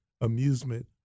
amusement